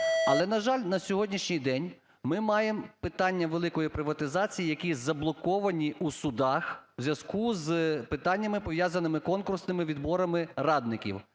Але, на жаль, на сьогоднішній день ми маємо питання великої приватизації, які заблоковані у судах у зв'язку з питаннями, пов'язаними з конкурсними відборами радників